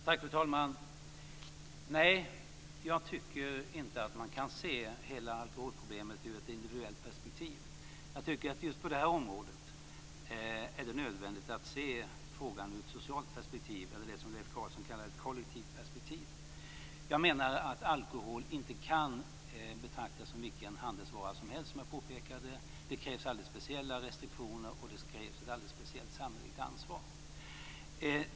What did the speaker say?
Fru talman! Nej, jag tycker inte att man kan se hela alkoholproblemet ur ett individuellt perspektiv. Jag tycker att det just på detta område är nödvändigt att se frågan ur ett socialt perspektiv eller ur det som Leif Carlson kallar ett kollektivt perspektiv. Jag menar att alkohol inte kan betraktas som vilken handelsvara som helst, som jag påpekade. Det krävs alldeles speciella restriktioner, och det krävs ett alldeles speciellt samhälleligt ansvar.